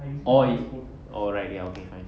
oh oh right ya okay fine